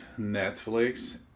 Netflix